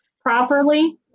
properly